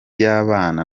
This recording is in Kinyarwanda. y’abana